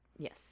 Yes